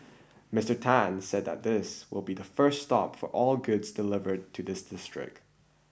Mister Tan said that this will be the first stop for all goods delivered to the district